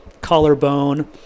collarbone